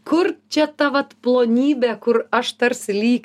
kur čia ta vat plonybė kur aš tarsi lyg